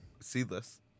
Seedless